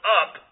up